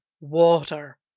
Water